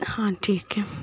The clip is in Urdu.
ہاں ٹھیک ہے